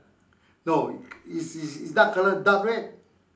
no is is is dark colour dark red